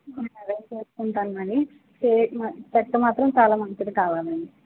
నేను అరెంజ్ చేసుకుంటాను మనీ చే మ చెక్క మాత్రం చాలా మంచిది కావాలండి